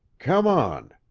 come on.